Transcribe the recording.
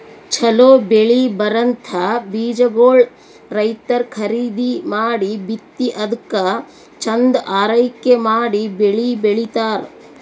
ಛಲೋ ಬೆಳಿ ಬರಂಥ ಬೀಜಾಗೋಳ್ ರೈತರ್ ಖರೀದಿ ಮಾಡಿ ಬಿತ್ತಿ ಅದ್ಕ ಚಂದ್ ಆರೈಕೆ ಮಾಡಿ ಬೆಳಿ ಬೆಳಿತಾರ್